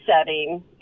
setting